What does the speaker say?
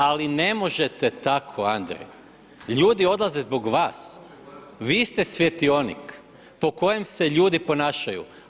Ali ne možete tako Andrej, ljudi odlaze zbog vas, vi ste svjetionik po kojem se ljudi ponašaju.